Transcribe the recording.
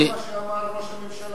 לא זה מה שאמר ראש הממשלה.